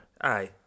Aye